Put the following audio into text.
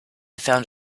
found